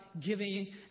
giving